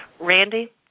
Randy